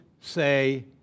say